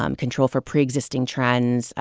um control for pre-existing trends,